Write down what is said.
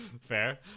Fair